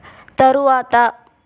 తరువాత